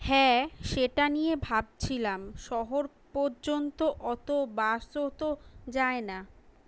হ্যাঁ সেটা নিয়ে ভাবছিলাম শহর পর্যন্ত অত বাসও তো যায় না